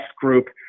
group